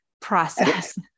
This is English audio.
process